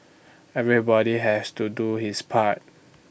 everybody has to do his part